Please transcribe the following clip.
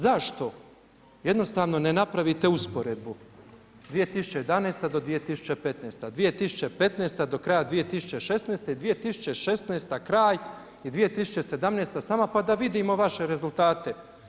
Zašto jednostavno ne napravite usporedbu 2011. do 2015. 2015. do kraja 2016. i 2016. kraj i 2017. samo pa da vidimo vaše rezultate.